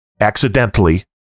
accidentally